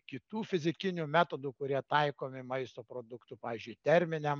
kitų fizikinių metodų kurie taikomi maisto produktų pavyzdžiui terminiam